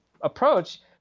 approach